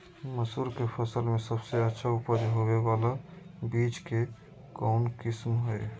मसूर के फसल में सबसे अच्छा उपज होबे बाला बीज के कौन किस्म हय?